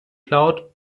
claude